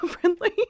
friendly